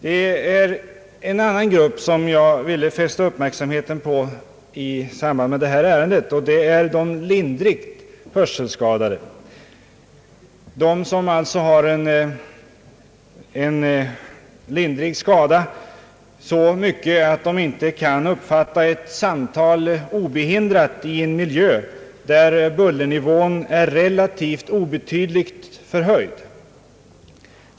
Det är emellertid en annan grupp som jag ville fästa uppmärksamheten på i samband med behandlingen av detta ärende, och det är de lindrigt hörselskadade, de som alltså har en lindrig skada men som ändå inte obehindrat kan uppfatta ett samtal i en miljö där bullernivån är relativt obetydligt förhöjd.